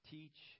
Teach